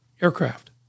aircraft